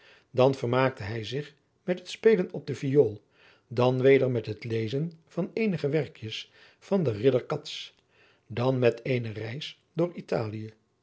dan vermaakte hij zich met het spelen op de viool dan weder met het lezen van eenige werkjes van den ridder cats dan met eene reis door italië